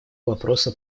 вопроса